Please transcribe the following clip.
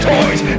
Toys